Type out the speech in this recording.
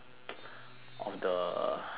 of the of the